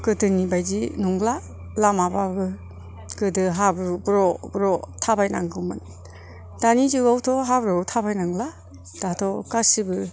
गोदोनि बायदि नंला लामाबाबो गोदो हाब्रु ब्र' ब्र' थाबाय नांगौमोन दानि जुगावथ' हाब्रुआव थाबायनांला दाथ' गासिबो